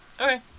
Okay